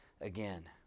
again